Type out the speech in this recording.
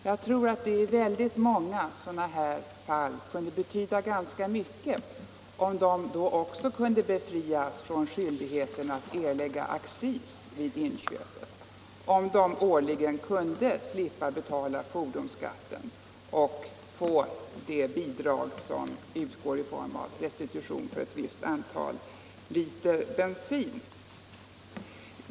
Jag tror all det i väldigt många sådana här fall kunde betyda ganska mycket om de också kunde befrias från skyldigheten att erlägga accis vid inköpet, om de årligen kunde slippa betala fordonsskatt och få det bidrag som utgår i form av restitution för ett visst antal liter bensin.